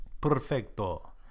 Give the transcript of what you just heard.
Perfecto